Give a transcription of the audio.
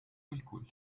الكل